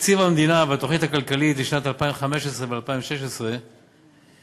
תקציב המדינה והתוכנית הכלכלית לשנים 2015 ו-2016 נבנו